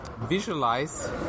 visualize